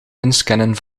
inscannen